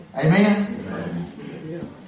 Amen